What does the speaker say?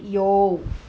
有